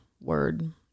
word